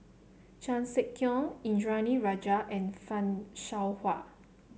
Chan Sek Keong Indranee Rajah and Fan Shao Hua